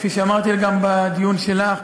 כפי שאמרתי גם בדיון שלך,